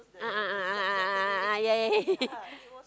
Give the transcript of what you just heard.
a'ah a'ah a'ah a'ah yeah yeah yeah yeah